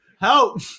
Help